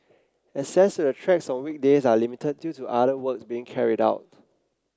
access to the tracks on weekdays are limited due to other works being carried out